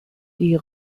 die